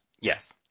Yes